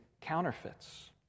counterfeits